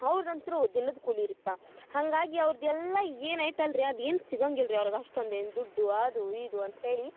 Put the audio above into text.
ಅವ್ರ್ದ ಅಂತ್ರು ದಿನದ ಕೂಲಿರಿಪ ಹಾಗಾಗಿ ಅವ್ರ್ದ್ ಎಲ್ಲ ಏನಾಯ್ತು ಅಲ್ರಿ ಅದ ಏನು ಸಿಗಂಗಿಲ್ರಿ ಅವ್ರ್ಗ ಅಷ್ಟೊಂದು ಏನು ದುಡ್ಡು ಅದು ಇದು ಅಂತೇಳಿ